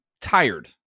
tired